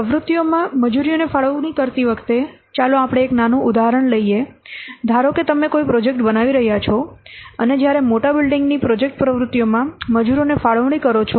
પ્રવૃત્તિઓમાં મજૂરીઓને ફાળવણી કરતી વખતે ચાલો આપણે એક નાનું ઉદાહરણ લઈએ ધારો કે તમે કોઈ પ્રોજેક્ટ બનાવી રહ્યા છો અને જ્યારે મોટા બિલ્ડિંગ ની પ્રોજેક્ટ પ્રવૃત્તિઓમાં મજૂરોને ફાળવણી કરો છો